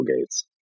Gates